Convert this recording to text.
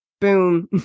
boom